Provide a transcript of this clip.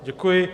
Děkuji.